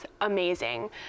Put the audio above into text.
amazing